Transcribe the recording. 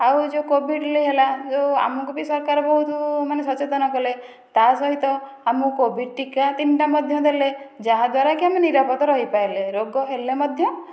ଆଉ ଯେଉଁ କୋଭିଡ଼ ହେଲା ଆମକୁ ବି ସରକାର ବହୁତ ସଚେତନ କଲେ ତାସହିତ ଆମକୁ କୋଭିଡ଼ ଟୀକା ତିନିଟା ମଧ୍ୟ ଦେଲେ ଯାହା ଦ୍ୱାରା ଆମେ ନିରାପଦ ରହିପାରିଲେ ରୋଗ ହେଲେ ମଧ୍ୟ